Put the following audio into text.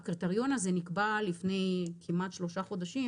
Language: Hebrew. הקריטריון הזה נקבע לפני כמעט שלושה חודשים